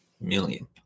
million